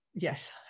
Yes